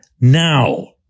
Now